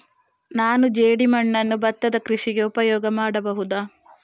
ನಾನು ಜೇಡಿಮಣ್ಣನ್ನು ಭತ್ತದ ಕೃಷಿಗೆ ಉಪಯೋಗ ಮಾಡಬಹುದಾ?